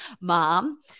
mom